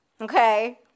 Okay